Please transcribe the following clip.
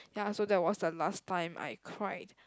ya so that was the last time I cried